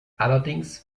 allerdings